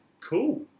cool